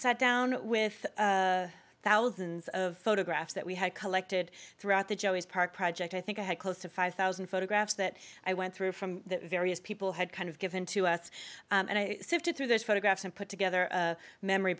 sat down with thousands of photographs that we had collected throughout the joeys park project i think i had close to five thousand photographs that i went through from various people had kind of given to us and i sifted through those photographs and put together a memory